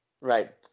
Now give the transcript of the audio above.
Right